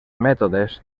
mètodes